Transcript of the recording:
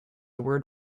word